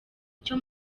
icyo